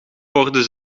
porde